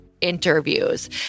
interviews